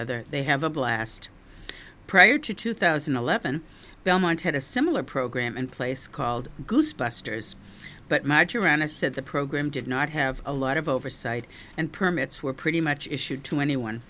other they have a blast prior to two thousand and eleven belmont had a similar program in place called goose busters but maje rana said the program did not have a lot of oversight and permits were pretty much issued to anyone